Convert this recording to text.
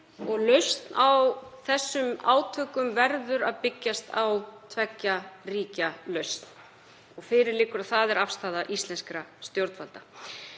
lausn á þessum átökum verður að byggjast á tveggja ríkja lausn. Fyrir liggur að það er afstaða íslenskra stjórnvalda.